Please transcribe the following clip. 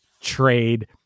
trade